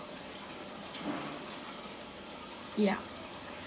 yeah